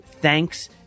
thanks